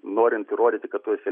norint įrodyti kad tu esi